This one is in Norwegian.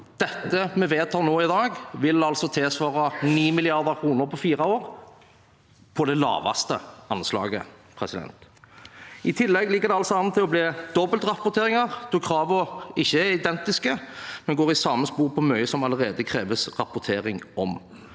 Det vi vedtar nå i dag, vil tilsvare 9 mrd. kr på fire år – på det laveste anslaget. I tillegg ligger det an til å bli dobbeltrapporteringer, da kravene ikke er identiske, men går i samme spor som mye det allerede kreves rapportering om.